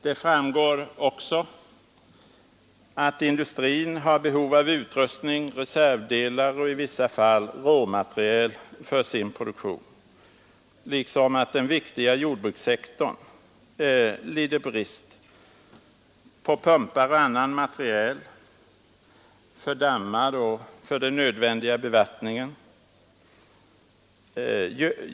Det framgår också att industrin har behov av utrustning, reservdelar och i vissa fall råmateriel för sin produktion, liksom att den viktiga jordbrukssektorn lider brist på pumpar och annan materiel för dammar och för den nödvändiga bevattningen.